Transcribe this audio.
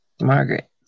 Margaret